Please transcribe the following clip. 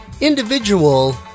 individual